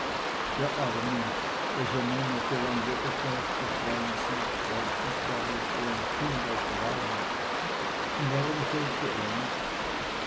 der arme welcher monate lang weder fleisch noch wein sieht freut sich darauf wie ein kind auf weihnacht und warum sollte er nicht